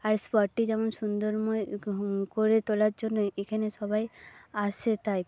আর স্পটটি যেন সুন্দরময় করে তোলার জন্য এখানে সবাই আসে তাই